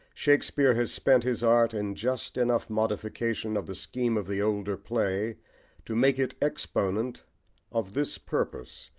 shakespeare has spent his art in just enough modification of the scheme of the older play to make it exponent of this purpose,